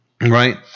right